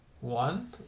one